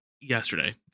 yesterday